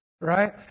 Right